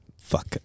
Fuck